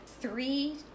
three